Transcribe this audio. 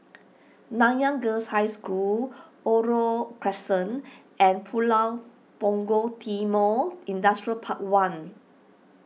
Nanyang Girls' High School Oriole Crescent and Pulau Punggol Timor Industrial Park one